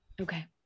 Okay